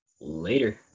Later